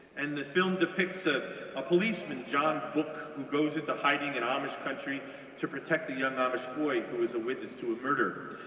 and the film depicts ah a policeman, john book, who goes into hiding in amish country to protect a young amish boy who was a witness to a murder,